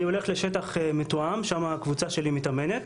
אני הולך לשטח מתואם, שם הקבוצה שלי מתאמנת.